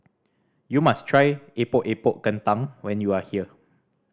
you must try Epok Epok Kentang when you are here